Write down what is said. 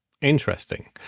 Interesting